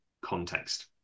context